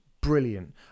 brilliant